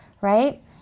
right